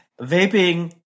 Vaping